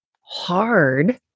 hard